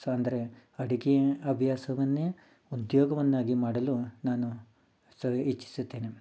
so ಅಂದರೆ ಅಡುಗೆ ಹವ್ಯಾಸವನ್ನೇ ಉದ್ಯೋಗವನ್ನಾಗಿ ಮಾಡಲು ನಾನು ಸೊ ಇಚ್ಛಿಸುತ್ತೇನೆ